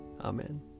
Amen